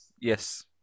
yes